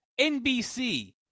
NBC